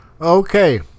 Okay